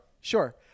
sure